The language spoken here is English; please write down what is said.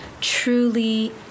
truly